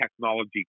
technology